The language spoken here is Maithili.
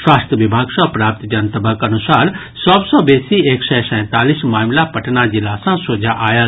स्वास्थ्य विभाग सँ प्राप्त जनतबक अनुसार सभ सँ बेसी एक सय सैंतालीस मामिला पटना जिला सँ सोझा आयल